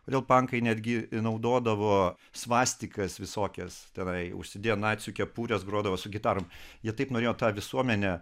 kodėl pankai netgi naudodavo svastikas visokias tenai užsidėję nacių kepures grodavo su gitarom jie taip norėjo tą visuomenę